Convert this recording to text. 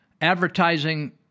advertising